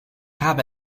habe